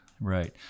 Right